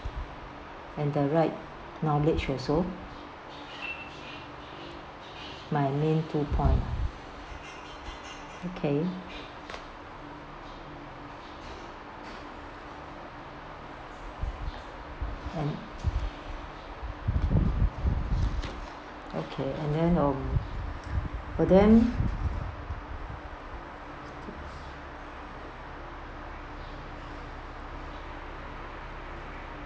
and the right knowledge also my main two point okay and okay and then um but then